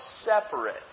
separate